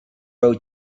row